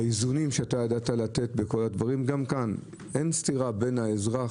האיזונים שידעת לתת אין סתירה בין האזרח